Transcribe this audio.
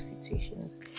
situations